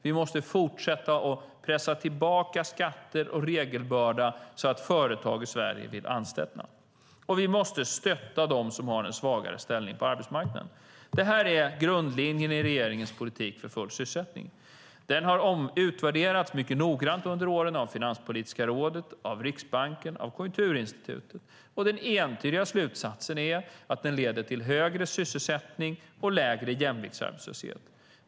Vi måste fortsätta att pressa tillbaka skatter och regelbörda så att företag i Sverige vill anställa. Det fjärde är att vi måste stötta dem som har en svagare ställning på arbetsmarknaden. Detta är grundlinjen i regeringens politik för full sysselsättning. Den har utvärderats mycket noggrant under åren av Finanspolitiska rådet, av Riksbanken och av Konjunkturinstitutet. Den entydiga slutsatsen är att den leder till högre sysselsättning och lägre jämviktsarbetslöshet.